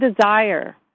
desire